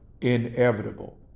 inevitable